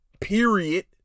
Period